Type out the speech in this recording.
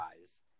eyes